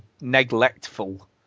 neglectful